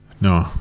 no